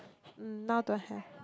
now don't have